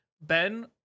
Ben